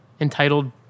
entitled